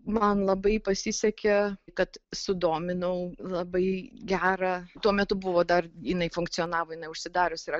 man labai pasisekė kad sudominau labai gerą tuo metu buvo dar jinai funkcionavo jinai užsidarius yra